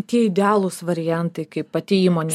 tie idealūs variantai kai pati įmonė